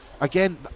again